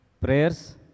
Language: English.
Prayers